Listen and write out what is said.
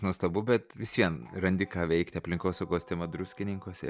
nuostabu bet vis vien randi ką veikti aplinkosaugos tema druskininkuose